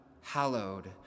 hallowed